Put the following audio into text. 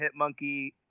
Hitmonkey